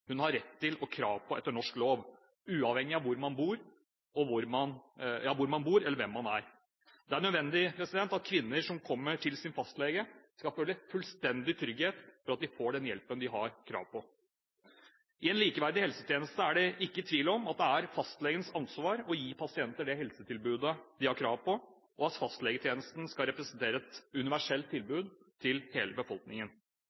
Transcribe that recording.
hun har rett til og krav på etter norsk lov, uavhengig av hvor man bor eller hvem man er. Det er nødvendig at kvinner som kommer til sin fastlege, skal føle fullstendig trygghet for at de får den hjelpen de har krav på. I en likeverdig helsetjeneste er det ikke tvil om at det er fastlegens ansvar å gi pasienter det helsetilbudet de har krav på, og at fastlegetjenesten skal representere et universelt